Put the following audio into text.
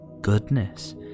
goodness